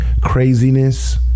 craziness